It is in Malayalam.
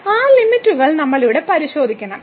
ആ ലിമിറ്റ്കൾ നമ്മൾ ഇവിടെ പരിശോധിക്കണം